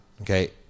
okay